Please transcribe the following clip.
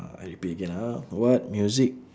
uh I repeat again ah what music